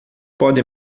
pode